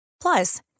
Plus